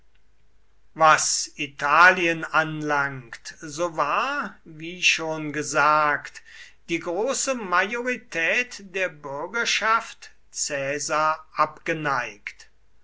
was italien anlangt so war wie schon gesagt die große majorität der bürgerschaft caesar abgeneigt